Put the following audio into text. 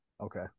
Okay